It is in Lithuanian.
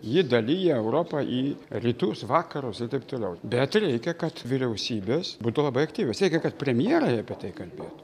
ji dalija europą į rytus vakarus ir taip toliau bet reikia kad vyriausybės būtų labai aktyvios reikia kad premjerai apie tai kalbėtų